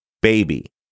baby